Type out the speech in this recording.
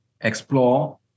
explore